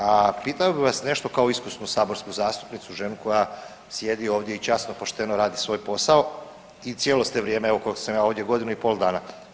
A pitao bi vas nešto kao iskusnu saborsku zastupnicu, ženu koja sjedi ovdje i časno pošteno radi svoj posao, i cijelo ste vrijeme evo koliko sam ja ovdje godinu i pol dana.